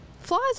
Flaws